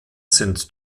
sind